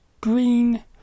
green